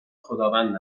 خداوند